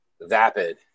vapid